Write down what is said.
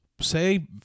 say